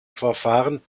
verfahren